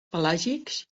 pelàgics